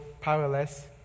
powerless